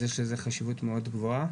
אז יש לזה חשיבות מאוד גבוהה.